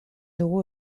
dugu